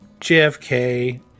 JFK